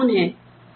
वह कानून है